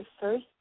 first